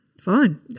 Fine